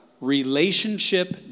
relationship